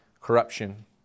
corruption